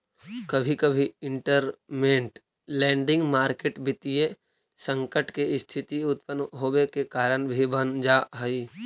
कभी कभी इंटरमेंट लैंडिंग मार्केट वित्तीय संकट के स्थिति उत्पन होवे के कारण भी बन जा हई